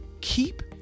keep